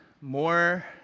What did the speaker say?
more